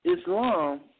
Islam